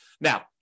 now